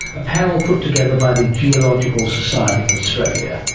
a panel put together by the geological society of australia.